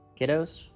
Kiddos